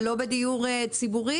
ולא בדיור ציבורי.